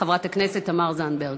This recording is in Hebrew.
חברת הכנסת תמר זנדברג,